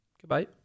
Goodbye